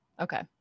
Okay